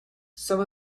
some